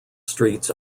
streets